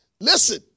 listen